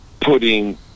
putting